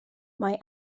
mae